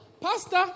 Pastor